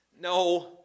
No